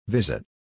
Visit